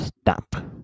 stop